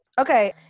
Okay